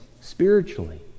spiritually